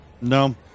no